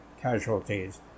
casualties